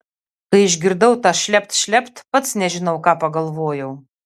kai išgirdau tą šlept šlept pats nežinau ką pagalvojau